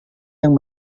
yang